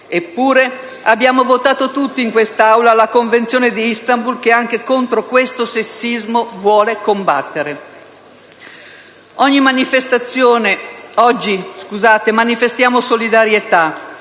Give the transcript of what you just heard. Eppure, abbiamo votato tutti in quest'Aula la Convenzione di Istanbul che anche contro questo sessismo vuole combattere. Oggi manifestiamo solidarietà,